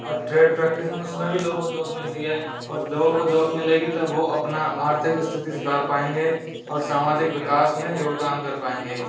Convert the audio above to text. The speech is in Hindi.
और ट्रेड फ़ैक्टरिज उसमें भी लोगों को जॉब मिलती है और लोगों को जब मिलेगी तब वह अपना आर्थिक स्थिति सुधार पाएंगे और सामाजिक विकास में योगदान कर पाएंगे